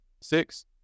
six